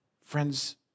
Friends